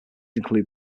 include